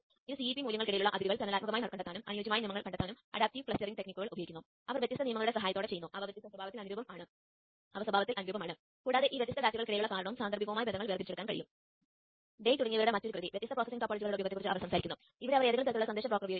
നിങ്ങൾക്ക് ഇവിടെ കാണാനാകുന്നതുപോലെ നമുക്ക് ഈ രണ്ട് സിഗ്ബീ മൊഡ്യൂളുകൾ ഉണ്ട്